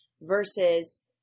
versus